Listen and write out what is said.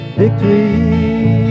victory